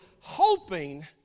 hoping